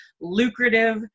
lucrative